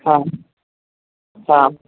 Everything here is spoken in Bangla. হ্যাঁ হ্যাঁ